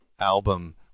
album